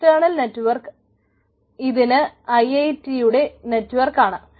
external network ഇതിന് IIT യുടെ നെറ്റ്വർക്കാണ്